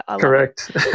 Correct